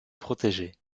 protégée